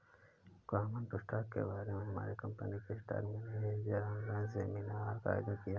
common stock के बारे में हमारे कंपनी के स्टॉक मेनेजर ने एक ऑनलाइन सेमीनार का आयोजन किया